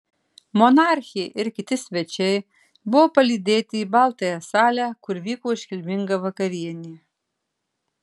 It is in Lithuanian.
monarchė ir kiti svečiai buvo palydėti į baltąją salę kur vyko iškilminga vakarienė